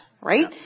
right